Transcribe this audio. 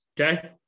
Okay